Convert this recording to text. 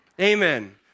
Amen